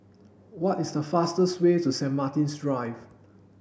what is the fastest way to Saint Martin's Drive